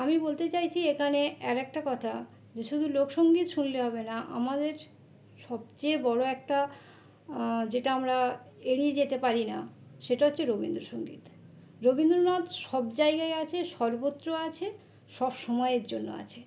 আমি বলতে চাইছি এখানে আরেকটা কথা যে শুধু লোকসঙ্গীত শুনলে হবে না আমাদের সবচেয়ে বড়ো একটা যেটা আমরা এড়িয়ে যেতে পারি না সেটা হচ্ছে রবীন্দ্রসঙ্গীত রবীন্দ্রনাথ সব জায়গায় আছে সর্বত্র আছে সব সময়ের জন্য আছে